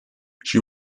she